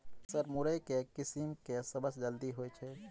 Sir मुरई केँ किसिम केँ सबसँ जल्दी होइ छै?